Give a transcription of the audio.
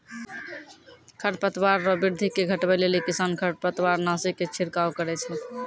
खरपतवार रो वृद्धि के घटबै लेली किसान खरपतवारनाशी के छिड़काव करै छै